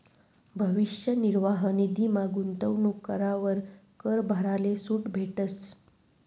भविष्य निर्वाह निधीमा गूंतवणूक करावर कर भराले सूट भेटस